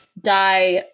die